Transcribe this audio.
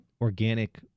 organic